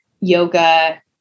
yoga